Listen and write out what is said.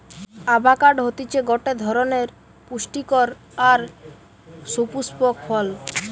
avocado হতিছে গটে ধরণের পুস্টিকর আর সুপুস্পক ফল